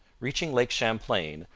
reaching lake champlain,